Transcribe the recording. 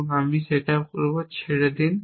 এবং আমি set up করব ছেড়ে দিন